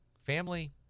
Family